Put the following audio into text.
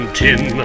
tin